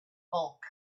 bulk